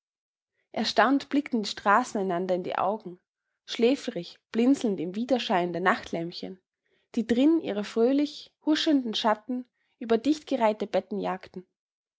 erstaunt blickten die straßen einander in die augen schläfrig blinzelnd im widerschein der nachtlämpchen die drinn ihre fröhlich huschenden schatten über dichtgereihte betten jagten